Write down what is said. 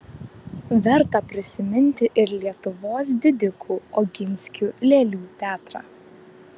verta prisiminti ir lietuvos didikų oginskių lėlių teatrą